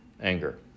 anger